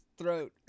throat